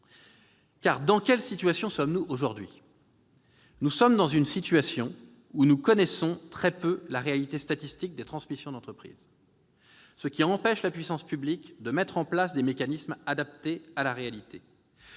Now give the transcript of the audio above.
Dans quelle situation sommes-nous aujourd'hui ? Nous connaissons très peu la réalité statistique des transmissions d'entreprises, ce qui empêche la puissance publique de mettre en place des mécanismes adaptés à la réalité.